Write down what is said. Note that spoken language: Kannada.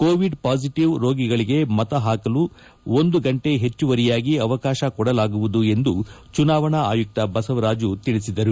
ಕೋವಿಡ್ ಪಾಸಿಟಿವ್ ರೋಗಿಗಳಗೆ ಮತ ಚಲಾಯಿಸಲು ಒಂದು ಗಂಟೆ ಹೆಚ್ಚುವರಿಯಾಗಿ ಅವಕಾಶ ಕೊಡಲಾಗುವುದು ಎಂದು ಚುನಾವಣಾ ಆಯುಕ್ತ ಬಸವರಾಜ ಹೇಳಿದರು